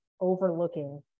overlooking